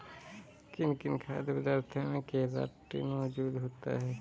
किन किन खाद्य पदार्थों में केराटिन मोजूद होता है?